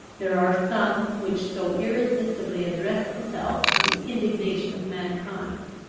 there are some which so irresistibly address themselves to the indignation of mankind,